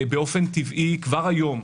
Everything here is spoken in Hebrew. באופן טבעי כבר היום,